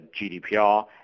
GDPR